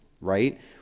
right